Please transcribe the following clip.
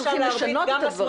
אנחנו צריכים לשנות את הדברים.